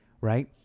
right